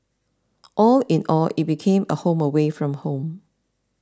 all in all it became a home away from home